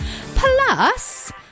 plus